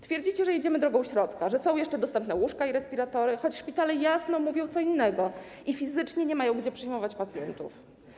Twierdzicie, że idziemy drogą środka, że są jeszcze dostępne łóżka i respiratory, choć szpitale jasno mówią co innego i fizycznie nie mają gdzie przyjmować pacjentów.